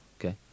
Okay